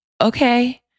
okay